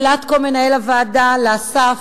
לשמואל לטקו, מנהל הוועדה, לאסף,